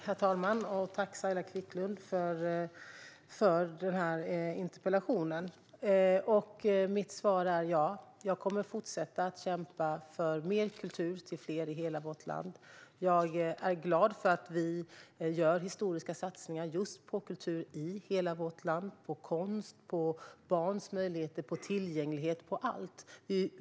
Herr talman! Jag tackar Saila Quicklund för interpellationen. Mitt svar är att jag kommer att fortsätta att kämpa för mer kultur till fler i hela vårt land. Jag är glad för att vi gör historiska satsningar just på kultur i hela vårt land, på konst, på barns möjligheter, på tillgänglighet, på allt.